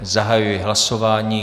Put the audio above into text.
Zahajuji hlasování.